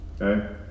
okay